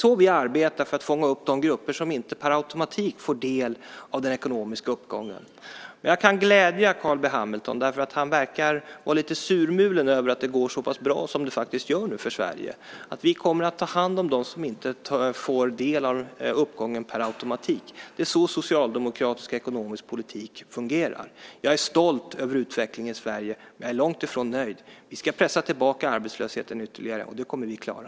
Så arbetar vi för att fånga upp de grupper som inte med automatik får del av den ekonomiska uppgången. Jag kan glädja Carl B Hamilton. Han verkar vara lite surmulen över att det går så pass bra för Sverige som det gör nu. Vi kommer att ta hand om dem som inte automatiskt får del av uppgången. Det är så socialdemokratisk politik fungerar. Jag är stolt över utvecklingen i Sverige, men jag är långtifrån nöjd. Vi ska pressa tillbaka arbetslösheten ytterligare. Det kommer vi att klara.